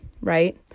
Right